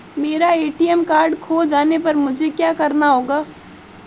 मेरा ATM card खो जाने पर मुझे क्या करना होगा?